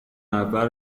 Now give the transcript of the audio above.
منور